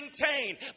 maintain